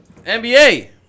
NBA